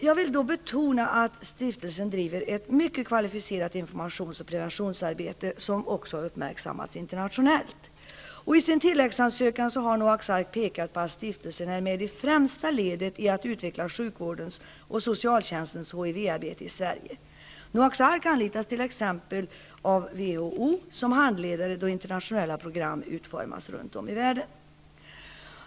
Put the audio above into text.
Jag vill betona att stiftelsen driver ett mycket kvalificerat informations och preventionsarbete, som också har uppmärksammats internationellt. I sin tilläggsansökan har Noaks Ark pekat på att stiftelsen är med i främsta ledet för att utveckla sjukvårdens och socialtjänstens HIV-arbete i Sverige. Noaks Ark anlitas t.ex. av WHO som handledare när internationella program utformas runt om i världen.